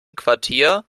quartier